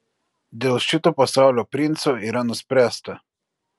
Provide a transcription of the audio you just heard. dėl šito pasaulio princo yra nuspręsta